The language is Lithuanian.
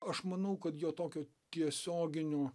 aš manau kad jo tokio tiesioginio